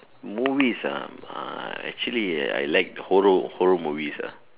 movies ah I actually I like horror horror movies ah